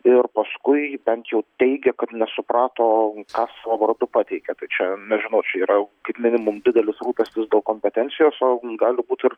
ir paskui bent jau teigia kad nesuprato ką savo vardu pateikia tai čia nežinau čia yra kaip minimum didelis rūpestis daug kompetencijos o gali būt ir